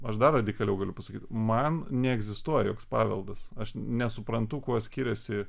aš dar radikaliau galiu pasakyt man neegzistuoja joks paveldas aš nesuprantu kuo skiriasi